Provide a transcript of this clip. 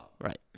Right